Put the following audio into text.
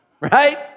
right